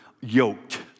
yoked